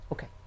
Okay